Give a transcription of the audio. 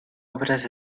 obras